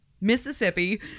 Mississippi